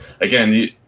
again